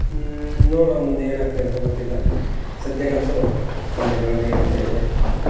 ನೋಡುವ ಮುಂದೆ ಏನಾಗ್ತದೆ ಅಂತ ಗೊತ್ತಿಲ್ಲ ಸದ್ಯಕ್ಕಂತು ಒಳ್ಳೆ ಬೆಳವಣಿಗೆ ನಡಿತಾ ಇದೆ